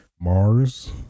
Mars